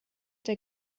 der